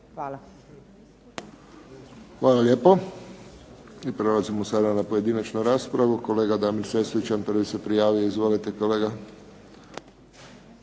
(HSS)** Hvala lijepo. Prelazimo sada na pojedinačnu raspravu. Kolega Damir Sesvečan prvi se prijavio. Izvolite, kolega.